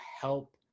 help